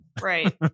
Right